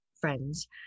friends